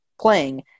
playing